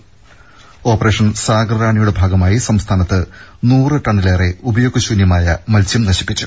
ം ഓപ്പറേഷൻ സാഗർ റാണിയുടെ ഭാഗമായി സംസ്ഥാനത്ത് നൂറ് ടണ്ണിലേറെ ഉപയോഗ ശൂന്യമായ മത്സ്യം നശിപ്പിച്ചു